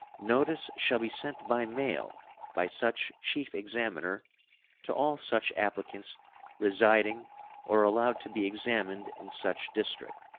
notice shall be sent by mail by such chief examiner to all such applicants residing or allowed to be examined in such district,